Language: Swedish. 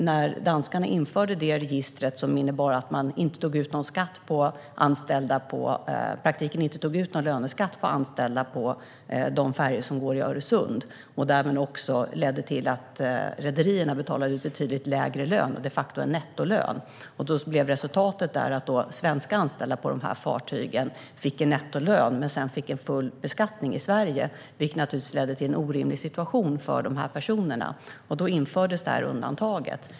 När danskarna införde detta register, som innebar att man i praktiken inte tog ut någon löneskatt för anställda på de färjor som går i Öresund, ledde det till att rederierna betalade betydligt lägre lön, de facto en nettolön. Resultatet blev att svenska anställda på dessa fartyg fick en nettolön men sedan fick full beskattning i Sverige, vilket naturligtvis ledde till en orimlig situation för dessa personer. Då infördes det här undantaget.